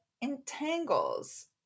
entangles